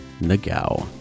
Nagao